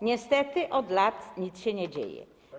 Niestety od lat nic się nie dzieje.